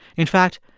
in fact,